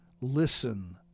listen